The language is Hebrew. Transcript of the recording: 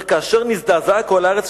הוא אומר: כאשר "נזדעזעה כל הארץ,